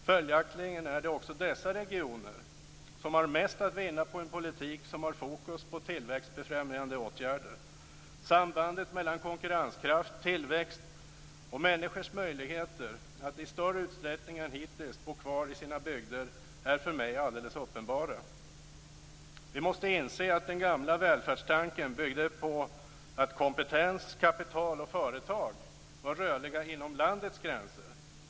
Följaktligen är det också dessa regioner som har mest att vinna på en politik som har fokus på tillväxtbefrämjande åtgärder. Sambandet mellan konkurrenskraft, tillväxt och människors möjligheter att i större utsträckning än hittills bo kvar i sina bygder är för mig alldeles uppenbara. Vi måste inse att den gamla välfärdstanken byggde på att kompetens, kapital och företag var rörliga inom landets gränser.